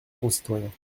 concitoyens